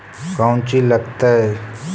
कौची लगतय?